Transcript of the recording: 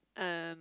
um